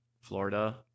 florida